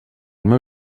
meu